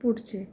पुढचे